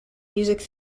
music